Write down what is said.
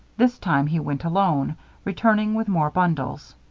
this time, he went alone returning with more bundles.